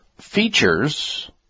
features